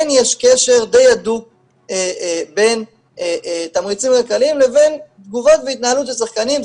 כן יש קשר די הדוק בין תמריצים כלכליים לבין תגובות והתנהלות של שחקנים.